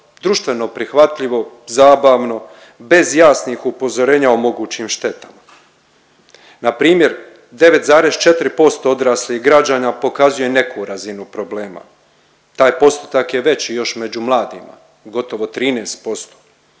društveno prihvatljivo, zabavno, bez jasnih upozorenja o mogućim štetama? Npr. 9,4% odraslih građana pokazuje neku razinu problema, taj postotak je veći još među mladima gotovo 13%.